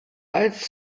als